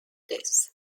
this